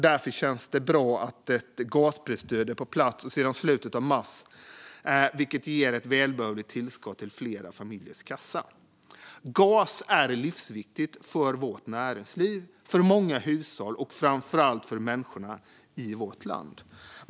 Därför känns det bra att ett gasprisstöd är på plats sedan slutet av mars, vilket ger ett välbehövligt tillskott till flera familjers kassa. Gas är livsviktigt för vårt näringsliv, för många hushåll och framför allt för människorna i vårt land.